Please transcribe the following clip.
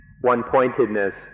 one-pointedness